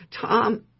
Tom